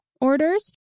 orders